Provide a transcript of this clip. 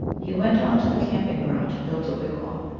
he went on to the camping ground and built a wig wam.